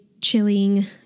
chilling